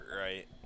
right